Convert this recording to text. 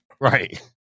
right